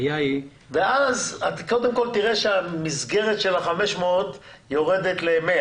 ואז קודם כל תראה שהמסגרת של ה-500 יורדת ל-100